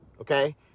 Okay